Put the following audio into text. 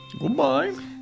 Goodbye